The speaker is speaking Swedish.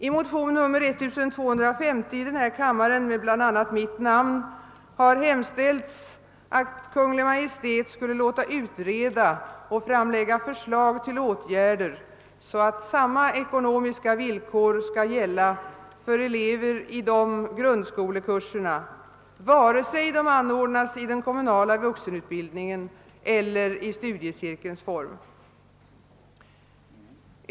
I motion nr II: 1250, som jag tillsammans med andra står bakom, har hemställts att Kungl. Maj:t skulle låta utreda och framlägga förslag till åtgärder så att samma ekonomiska villkor skall gälla för elever i dessa grundskolekurser, vare sig de anordnas i den kommunala vuxenutbildningens eller i studiecirkelns form.